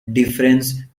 deference